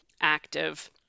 active